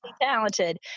talented